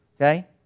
okay